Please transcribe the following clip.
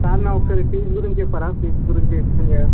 కాదు మ్యామ్ ఒకసారి ఫీజు గురించి చెప్పరా ఫీజు గురించి ఎక్స్ప్లైన్ చేయరా